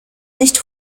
nicht